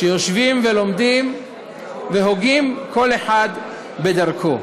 שיושבים ולומדים והוגים, כל אחד בדרכו.